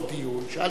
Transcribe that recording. שאלתי אותו גם,